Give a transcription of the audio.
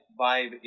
vibe